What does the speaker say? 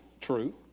true